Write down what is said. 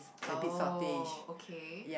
oh okay